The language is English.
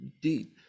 deep